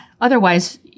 Otherwise